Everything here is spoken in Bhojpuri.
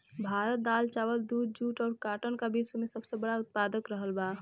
भारत दाल चावल दूध जूट और काटन का विश्व में सबसे बड़ा उतपादक रहल बा